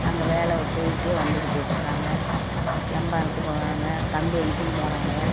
அங்கே வேலை போயிட்டே வந்துக்கிட்டு இருக்கிறாங்க எம்ஆர்ப்புக்கு போகிறாங்க கம்பெனிக்கும் போகிறாங்க